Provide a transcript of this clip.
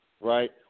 right